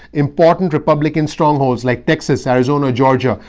important republican strongholds like texas, arizona, georgia.